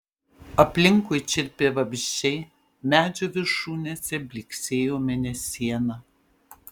aplinkui čirpė vabzdžiai medžių viršūnėse blyksėjo mėnesiena